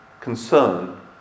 concern